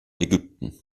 ägypten